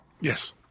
Yes